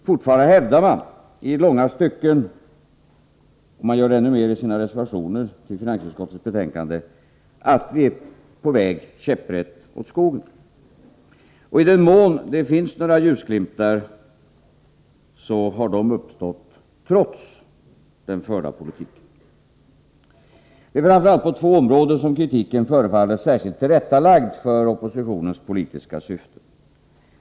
Fortfarande hävdar de i långa stycken — och än mer i sina reservationer till finansutskottets betänkande — att vi är på väg käpprätt åt skogen. Och i den mån några som helst ljusglimtar kan skönjas, har de uppnåtts trots den förda regeringspolitiken. Det är framför allt på två områden som kritiken förefaller särskilt tillrättalagd för oppositionens politiska syften.